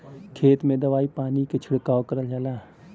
खेत में दवाई पानी के छिड़काव करल जाला